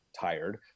tired